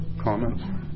comments